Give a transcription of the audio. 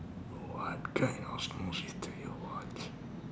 what kind of movies do you watch